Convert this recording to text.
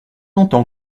longtemps